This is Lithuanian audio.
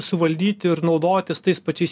suvaldyti ir naudotis tais pačiais